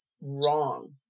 wrong